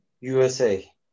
USA